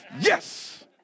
yes